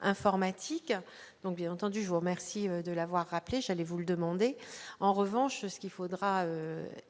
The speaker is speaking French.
informatique, donc bien entendu, je vous remercie de l'avoir rappelé, j'allais vous le demander, en revanche, ce qu'il faudra essayer